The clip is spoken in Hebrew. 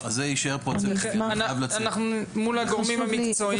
אנחנו מול הגורמים המקצועיים.